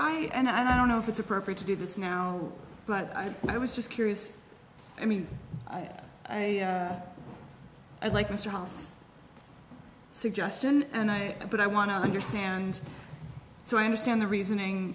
i and i don't know if it's appropriate to do this now but i was just curious i mean i like mr house suggestion and i but i want to understand so i understand the reasoning